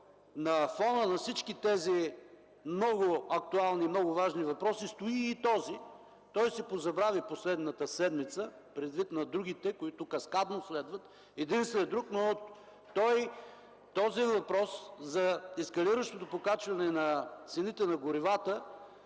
На фона на всички тези много актуални, много важни въпроси стои и този. Той се позабрави в последната седмица, предвид на другите, които каскадно следват един след друг, но този въпрос – за ескалиращото покачване на цените на горивата,